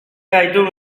gaitu